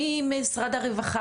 מי ממשרד הרווחה?